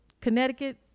Connecticut